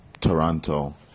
Toronto